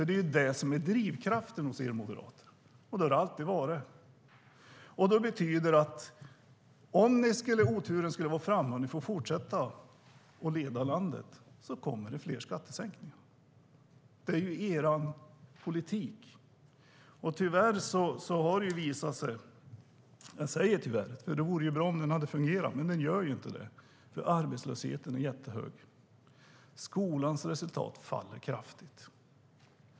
Det är det som är drivkraften hos er moderater, och det har det alltid varit. Det betyder att om oturen skulle vara framme och ni får fortsätta att leda landet kommer det fler skattesänkningar. Det är ju er politik. Det vore bra om den hade fungerat, men den gör ju tyvärr inte det. Arbetslösheten är jättehög. Resultaten i skolan faller kraftigt.